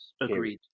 Agreed